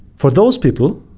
for those people,